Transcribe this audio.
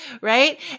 right